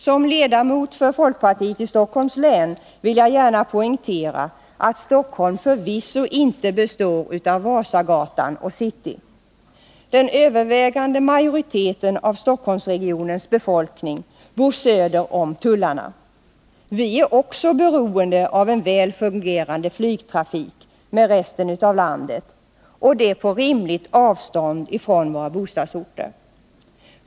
Som riksdagsledamot för folkpartiet i Stockholms län vill jag gärna poängtera att Stockholm förvisso inte bara består av Vasagatan och city. Den övervägande majoriteten av Stockholmsregionens befolkning bor söder om tullarna. Vi är också beroende av en väl fungerande flygtrafik med resten av landet, och det på rimligt avstånd från våra bostadsorter.